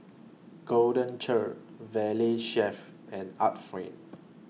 Golden Churn Valley Chef and Art Friend